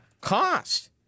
Cost